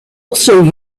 also